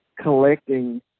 collecting